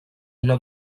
una